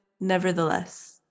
Nevertheless